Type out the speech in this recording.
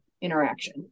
interaction